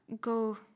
go